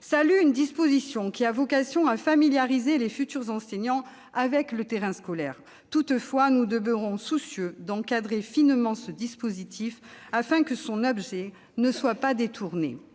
salue une disposition qui a vocation à familiariser les futurs enseignants avec le terrain scolaire. Toutefois, nous demeurons soucieux d'encadrer finement ce dispositif, afin que son objet ne soit pas détourné.